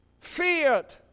feared